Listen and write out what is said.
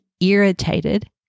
irritated